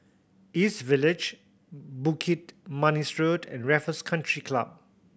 East Village Bukit Manis Road and Raffles Country Club